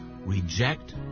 Reject